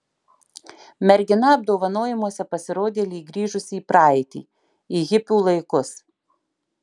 mergina apdovanojimuose pasirodė lyg grįžusi į praeitį į hipių laikus